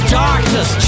darkness